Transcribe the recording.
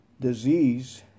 disease